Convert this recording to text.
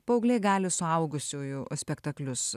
paaugliai gali suaugusiųjų spektaklius